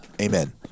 Amen